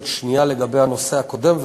עוד שנייה לגבי הנושא הקודם,